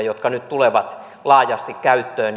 jotka nyt tulevat laajasti käyttöön